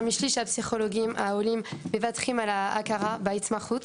משליש מהפסיכולוגים העולים מוותרים על ההכרה בהתמחות.